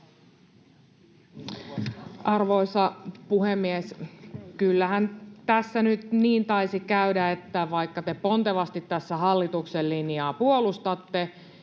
Arvoisa puhemies! Kyllähän tässä nyt niin taisi käydä, että vaikka te pontevasti tässä hallituksen linjaa puolustatte,